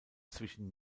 zwischen